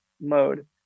mode